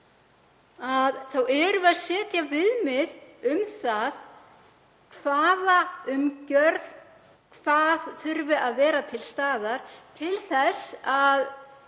þá erum við að setja viðmið um það hvaða umgjörð þurfi að vera til staðar til þess að